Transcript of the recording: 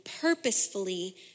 purposefully